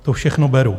To všechno beru.